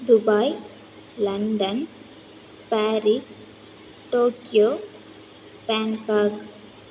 Dubai London Paris Tokyo Bangkok